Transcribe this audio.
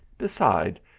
beside,